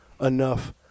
enough